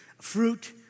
fruit